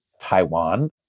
Taiwan